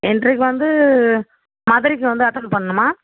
இன்ட்ரியூக்கு வந்து மதுரைக்கு வந்து அட்டன் பண்ணணும்மா